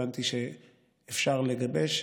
הבנתי שאפשר לגבש,